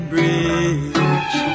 Bridge